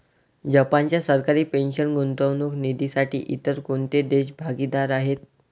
जपानच्या सरकारी पेन्शन गुंतवणूक निधीसाठी इतर कोणते देश भागीदार आहेत?